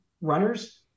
runners